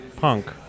punk